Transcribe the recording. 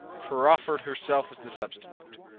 proffered herself as the substitute.